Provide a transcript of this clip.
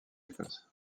écosse